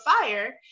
fire